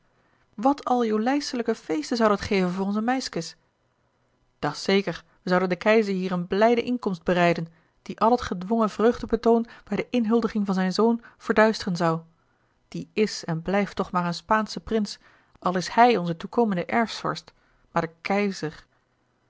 wat al jolijselijke feesten zou dat geven voor ons meiskes dat's zeker we zouden den keizer hier eene blijde inkomst bereiden die al het gedwongen vreugdebetoon bij de inhuldiging van zijn zoon verduisteren zou dit is en blijft toch maar een spaansche prins al is hij onze toekomende erfvorst maar de keizer